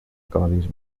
codis